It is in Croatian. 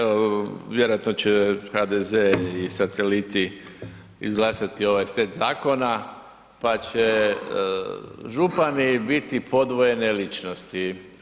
Vjerojatno će HDZ i sateliti izglasati ovaj set zakona pa će župani biti podvojene ličnosti.